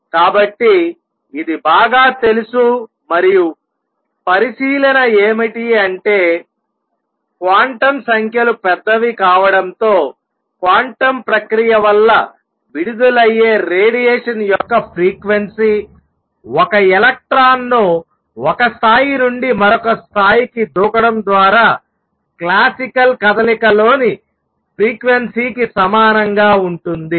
కాబట్టి ఇది బాగా తెలుసు మరియు పరిశీలన ఏమిటి అంటే క్వాంటం సంఖ్యలు పెద్దవి కావడంతో క్వాంటం ప్రక్రియ వల్ల విడుదలయ్యే రేడియేషన్ యొక్క ఫ్రీక్వెన్సీ ఒక ఎలక్ట్రాన్ను ఒక స్థాయి నుండి మరొక స్థాయికి దూకడం ద్వారా క్లాసికల్ కదలిక లోని ఫ్రీక్వెన్సీకి సమానంగా ఉంటుంది